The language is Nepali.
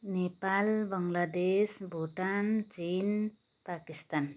नेपाल बङ्गलादेश भुटान चिन पाकिस्तान